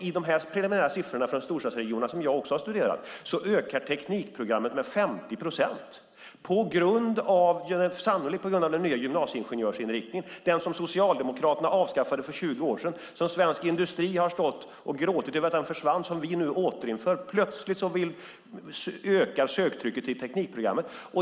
I de här preliminära siffrorna från storstadsregionerna, som jag också har studerat, ökar Teknikprogrammet med 50 procent, sannolikt på grund av den nya gymnasieingenjörsinriktningen, den som Socialdemokraterna avskaffade för 20 år sedan, som svensk industri har gråtit över att den försvann men som vi nu återinför. Plötsligt ökar söktrycket på Teknikprogrammet.